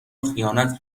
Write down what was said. خیانت